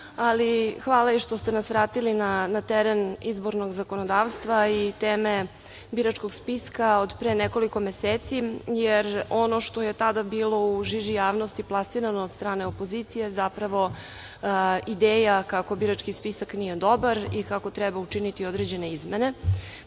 ali hvala što ste nas vratili na teren izbornog zakonodavstva i teme biračkog spiska od pre nekoliko meseci, jer ono što je tada bilo u žiži javnosti plasirano od strane opozicije - zapravo ideja kako birački spisak nije dobar i kako treba učiniti određene izmene.